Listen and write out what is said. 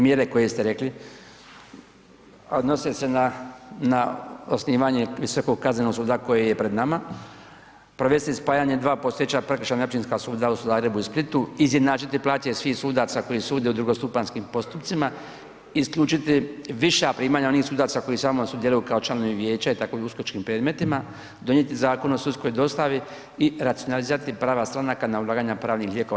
Mjere koje ste rekli odnose se na osnivanje Visokog kaznenog suda koji je pred nama, provesti spajanje dva postojeća prekršajna općinska suda u Zagrebu i Splitu, izjednačiti plaće svih sudaca koji sude u drugostupanjskim postupcima, isključiti viša primanja onih sudaca koji samo sudjeluju kao članovi vijeća i tako u uskočkim predmetima, donijeti zakon o sudskoj dostavi i racionalizirati prava stranaka na ulaganja pravnih lijekova.